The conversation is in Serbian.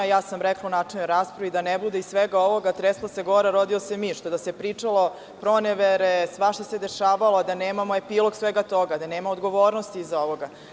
Ja sam rekla i u načelnoj raspravi da ne bude iz svega ovoga – tresla se gora, rodio se miš, kada se pričalo o proneverama i da se svašta dešavalo, a da nemamo epilog svega toga, da nema odgovornosti iza ovoga.